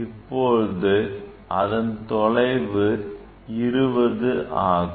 இப்போது அதன் தொலைவு 20 ஆகும்